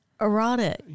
erotic